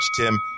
Tim